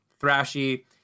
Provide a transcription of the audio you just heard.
thrashy